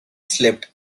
slipped